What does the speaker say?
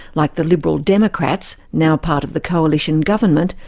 like the liberal democrats, now part of the coalition government,